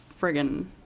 friggin